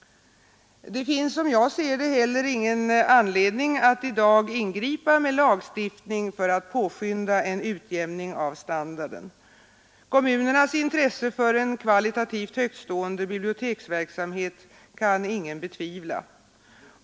Det finns som jag ser det heller ingen anledning att i dag ingripa med lagstiftning för att påskynda en utjämning av standarden. Kommunernas intresse för en kvalitativt högtstående biblioteksverksamhet kan ingen betvivla.